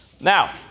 Now